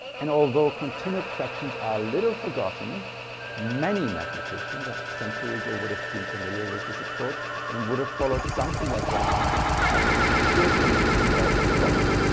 and although continued fractions are a little forgotten many mathematicians a century ago would have been familiar with this approach and would have followed something like ramanujan's path to a solution of the problem.